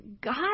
God